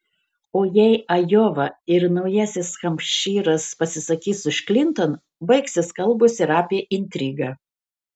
o jei ajova ir naujasis hampšyras pasisakys už klinton baigsis kalbos ir apie intrigą